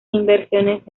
inversiones